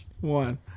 One